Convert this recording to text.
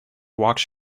watch